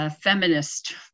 feminist